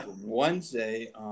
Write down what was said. Wednesday